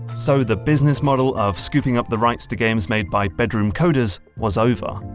so the business model of scooping up the rights to games made by bedroom coders was over.